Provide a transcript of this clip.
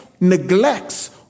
neglects